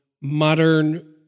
modern